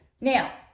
Now